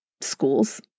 schools